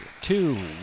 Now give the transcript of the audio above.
two